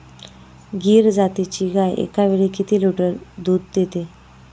गीर जातीची गाय एकावेळी किती लिटर दूध देते?